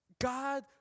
God